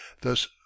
thus